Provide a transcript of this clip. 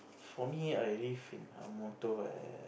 for me I live in my motto and